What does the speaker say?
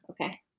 okay